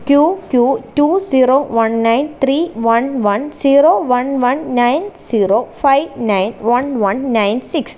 Q Q two zero one nine three one one zero one one nine zero five nine one one nine six